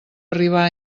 arribar